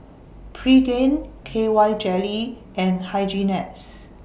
Pregain K Y Jelly and Hygin X